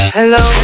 Hello